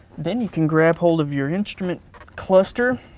then, you can grab hold of your instrument cluster